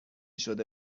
شده